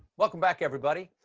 welcome back, everybody.